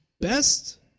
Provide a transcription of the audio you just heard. best